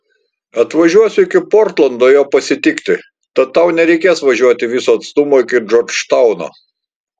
atvažiuosiu iki portlando jo pasitikti tad tau nereikės važiuoti viso atstumo iki džordžtauno